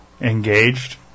engaged